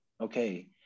okay